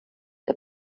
der